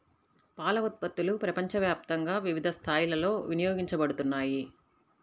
పాల ఉత్పత్తులు ప్రపంచవ్యాప్తంగా వివిధ స్థాయిలలో వినియోగించబడుతున్నాయి